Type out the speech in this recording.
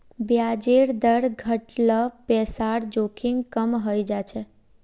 ब्याजेर दर घट ल पैसार जोखिम कम हइ जा छेक